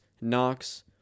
knox